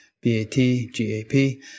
B-A-T-G-A-P